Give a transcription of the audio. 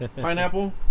Pineapple